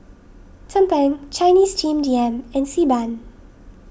Tumpeng Chinese Steamed Yam and Xi Ban